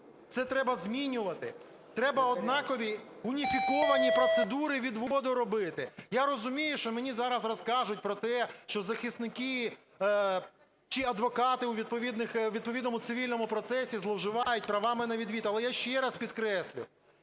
Це треба змінювати. Треба однакові уніфіковані процедури відводу робити. Я розумію, що мені зараз розкажуть про те, що захисники чи адвокати у відповідному цивільному процесі зловживають правами на відвід. Але, я ще раз підкреслюю,